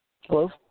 Hello